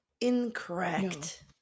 Incorrect